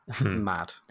mad